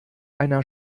einer